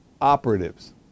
operatives